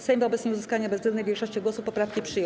Sejm wobec nieuzyskania bezwzględnej większości głosów poprawki przyjął.